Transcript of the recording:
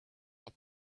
but